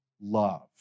love